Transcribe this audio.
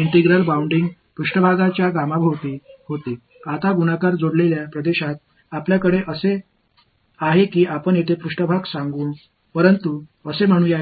இப்போது ஒரு பெருக்கப்பட்ட இணைக்கப்பட்ட பகுதி இது போன்ற ஒரு மேற்பரப்பு நம்மிடம் உள்ளதுஆனால் அங்கே ஒரு துளை உள்ளது